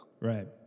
Right